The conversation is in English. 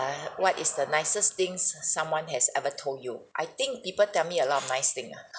what is the nicest things s~ someone has ever told you I think people tell me a lot of nice thing ah